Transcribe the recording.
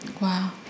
Wow